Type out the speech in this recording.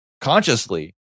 consciously